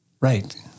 Right